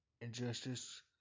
injustice